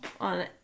on